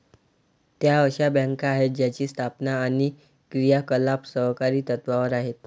त्या अशा बँका आहेत ज्यांची स्थापना आणि क्रियाकलाप सहकारी तत्त्वावर आहेत